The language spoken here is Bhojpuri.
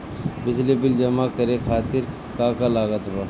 बिजली बिल जमा करे खातिर का का लागत बा?